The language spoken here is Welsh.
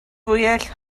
fwyell